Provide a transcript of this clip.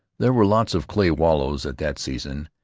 there were lots of clay wallows at that season,